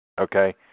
Okay